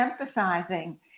emphasizing